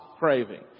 craving